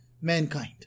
mankind